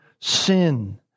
sin